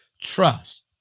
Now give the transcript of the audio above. trust